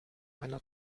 einer